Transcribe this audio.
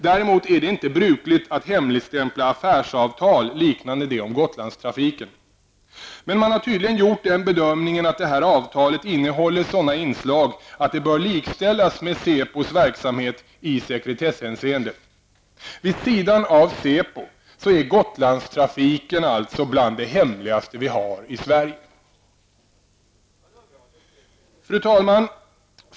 Däremot är det inte brukligt att hemligstämpla affärsavtal liknande det om Gotlandstrafiken. Men man har tydligen gjort den bedömningen att det här avtalet innehåller sådana inslag att det bör likställas med SÄPOs verksamhet i sekretesshänseende. Vid sidan av SÄPO är Gotlandstrafiken alltså bland det hemligaste vi har i Sverige. Fru talman!